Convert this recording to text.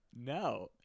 no